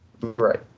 Right